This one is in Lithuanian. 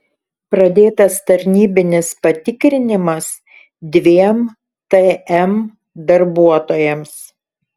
pradėtas tarnybinis patikrinimas dviem tm darbuotojams